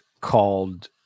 called